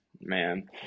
man